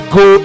go